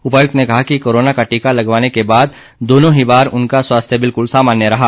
उपायुक्त ने कहा कि कोरोना का टीका लगवाने के बाद दोनों ही बार उनका स्वास्थ्य बिल्कुल सामान्य रहा